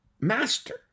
Master